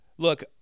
Look